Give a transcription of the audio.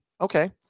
okay